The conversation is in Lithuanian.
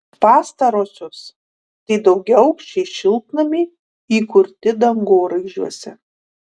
pastarosios tai daugiaaukščiai šiltnamiai įkurti dangoraižiuose